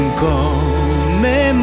come